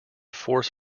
force